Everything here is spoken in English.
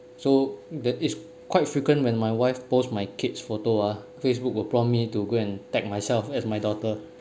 so that is quite frequent when my wife post my kid's photo ah Facebook will prompt me to go and tag myself as my daughter